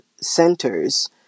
centers